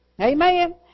amen